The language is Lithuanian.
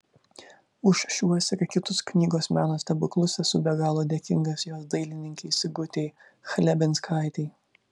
už šiuos ir kitus knygos meno stebuklus esu be galo dėkingas jos dailininkei sigutei chlebinskaitei